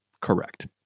Correct